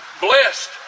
blessed